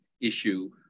issue